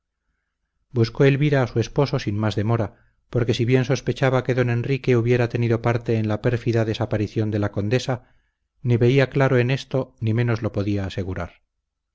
buscó elvira a su esposo sin más demora porque si bien sospechaba que don enrique hubiera tenido parte en la pérfida desaparición de la condesa ni veía claro en esto ni menos lo podía asegurar